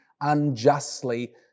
unjustly